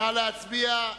נא להצביע.